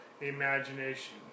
Imagination